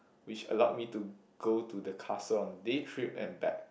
which allowed me to go to the castle on day trip and back